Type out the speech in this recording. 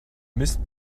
mist